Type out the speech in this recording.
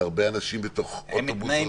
זה הרבה אנשים בתוך אוטובוס או